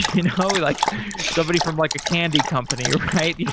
you know like somebody from like a candy company, right?